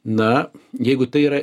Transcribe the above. na jeigu tai yra